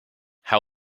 how